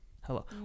Hello